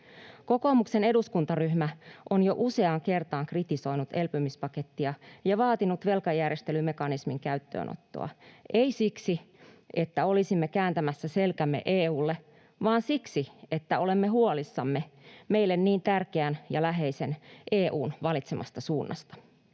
Kokoomuksen eduskuntaryhmä on jo useaan kertaan kritisoinut elpymispakettia ja vaatinut velkajärjestelymekanismin käyttöönottoa — emme siksi, että olisimme kääntämässä selkämme EU:lle, vaan siksi, että olemme huolissamme meille niin tärkeän ja läheisen EU:n valitsemasta suunnasta.